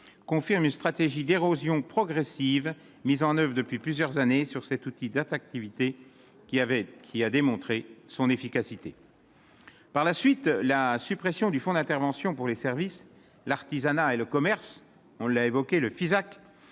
confirme une stratégie d'érosion progressive mises en Oeuvres depuis plusieurs années sur cet outil d'attractivité qui avait, qui a démontré son efficacité. Par la suite, la suppression du fonds d'intervention pour les services, l'artisanat et le commerce, on l'a évoqué le Fisac